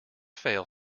fail